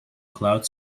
cloud